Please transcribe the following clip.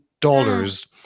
dollars